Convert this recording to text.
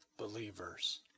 believers